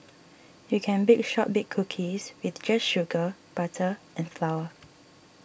you can bake Shortbread Cookies with just sugar butter and flour